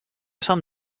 som